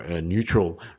neutral